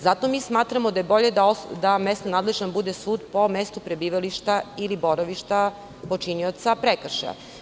Zato mi smatramo da je bolje da mesna nadležnost bude sud po mestu prebivališta ili boravišta počinioca prekršaja.